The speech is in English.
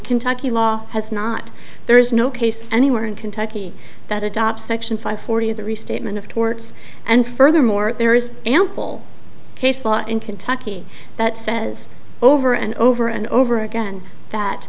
kentucky law has not there is no case anywhere in kentucky that adopts section five forty of the restatement of torts and furthermore there is ample case law in kentucky that says over and over and over again that